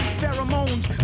pheromones